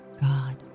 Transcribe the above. God